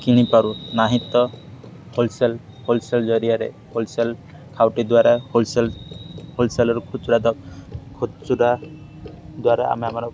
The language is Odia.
କିଣିପାରୁ ନାହିଁ ତ ହୋଲସେଲ୍ ହୋଲସେଲ୍ ଜରିଆରେ ହୋଲସେଲ୍ ଖାଉଟି ଦ୍ୱାରା ହୋଲସେଲ୍ ହୋଲସେଲ୍ରୁ ଖୁଚୁରା ଖୁଚୁରା ଦ୍ୱାରା ଆମେ ଆମର